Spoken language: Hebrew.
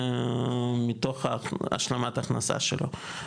מתוך השלמת הכנסה שלו.